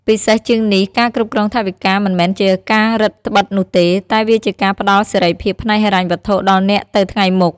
ពិសេសជាងនេះការគ្រប់គ្រងថវិកាមិនមែនជាការរឹតត្បិតនោះទេ តែវាជាការផ្តល់សេរីភាពផ្នែកហិរញ្ញវត្ថុដល់អ្នកទៅថ្ងៃមុខ។